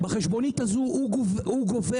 בחשבונית הזו הוא גובה